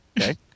Okay